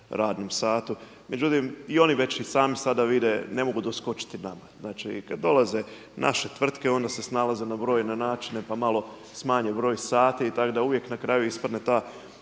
radnom satu, međutim i oni već i sami sada vide ne mogu doskočiti nama. Znači kada dolaze naše tvrtke onda se snalaze na brojne načine pa malo smanje broj sati i tako da uvijek na kraju ispadne ta